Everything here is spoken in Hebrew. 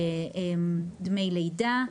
לדמי לידה,